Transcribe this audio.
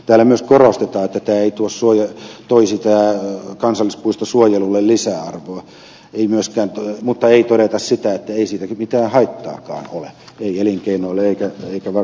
täällä myös korostetaan että tämä kansallispuisto ei toisi suojelulle lisäarvoa mutta ei todeta sitä että ei siitä kyllä mitään haittaakaan ole ei elinkeinolle eikä varsinkaan luonnonsuojelulle